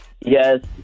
Yes